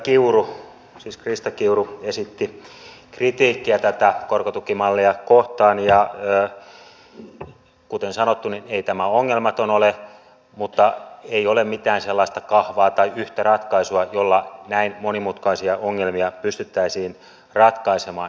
edustaja krista kiuru esitti kritiikkiä tätä korkotukimallia kohtaan ja kuten sanottu niin ei tämä ongelmaton ole mutta ei ole mitään sellaista kahvaa tai yhtä ratkaisua jolla näin monimutkaisia ongelmia pystyttäisiin ratkaisemaan